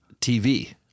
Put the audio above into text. TV